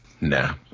Nah